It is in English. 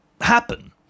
happen